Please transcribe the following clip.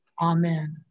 Amen